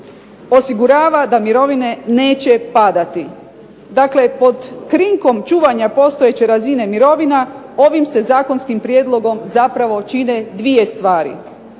osigurava da mirovine neće padati. Dakle pod krinkom čuvanja postojeće razine mirovina, ovim se zakonskim prijedlogom zapravo čine dvije stvari.